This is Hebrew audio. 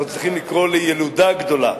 אנחנו צריכים לקרוא לילודה גדולה.